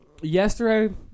yesterday